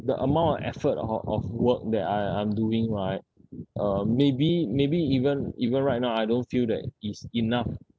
the amount of effort of of work that I I'm doing right uh maybe maybe even even right now I don't feel that is enough